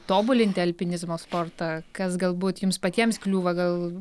tobulinti alpinizmo sportą kas galbūt jums patiems kliūva gal